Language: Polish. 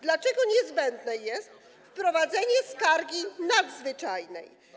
Dlaczego niezbędne jest wprowadzenie skargi nadzwyczajnej?